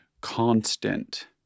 constant